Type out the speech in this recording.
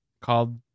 Called